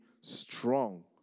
strong